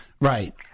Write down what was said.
Right